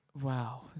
Wow